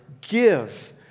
give